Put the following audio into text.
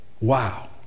wow